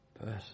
person